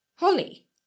Holly